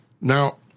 Now